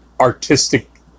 artistic